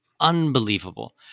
Unbelievable